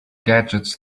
gadgets